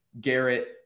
Garrett